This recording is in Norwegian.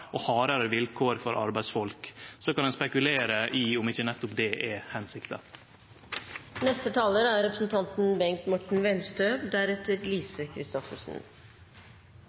og hardare vilkår for arbeidsfolk. Så kan ein spekulere i om ikkje nettopp det er